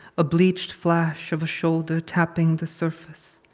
a bleached flash of a shoulder tapping the surface.